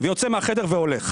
יוצא מהחדר והולך.